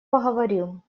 поговорим